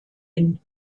hin